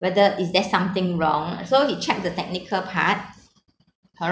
whether is there something wrong so he checked the technical part cor~